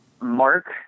Mark